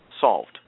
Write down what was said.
solved